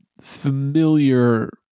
familiar